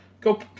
Go